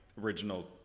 Original